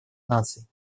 наций